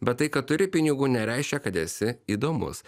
bet tai kad turi pinigų nereiškia kad esi įdomus